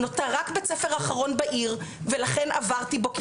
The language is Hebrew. נותר רק בית ספר אחרון בעיר ולכן עברתי בו כיתות,